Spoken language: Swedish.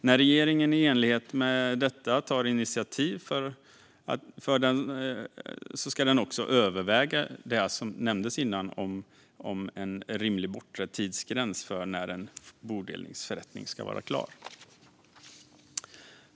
När regeringen i enlighet med detta tar initiativ ska den också överväga det som nämndes innan om en rimlig bortre tidsgräns för när en bodelningsförrättning ska vara klar.